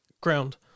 Ground